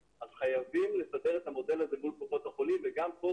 אז חייבים לסדר את המודל הזה מול קופות החולים וגם פה,